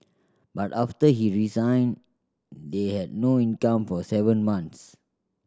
but after he resigned they had no income for seven months